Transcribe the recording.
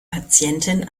patientin